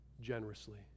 generously